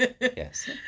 Yes